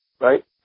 right